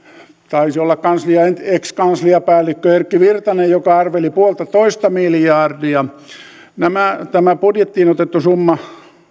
taisi olla ex kansliapäällikkö erkki virtanen joka arveli yhtä pilkku viittä miljardia tämä budjettiin otettu summa